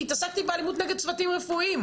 כי התעסקתי באלימות נגד צוותים רפואיים,